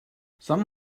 some